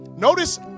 notice